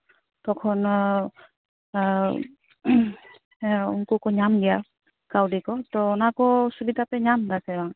ᱛᱚᱠᱷᱚᱱ ᱩᱱᱠᱩ ᱠᱚ ᱧᱟᱢ ᱜᱮᱭᱟ ᱠᱟᱹᱣᱰᱤ ᱠᱚ ᱛᱚ ᱚᱱᱟ ᱠᱚ ᱥᱩᱵᱤᱫᱟ ᱯᱮ ᱧᱟᱢ ᱫᱟᱥᱮ ᱵᱟᱝ